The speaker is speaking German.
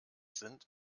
sind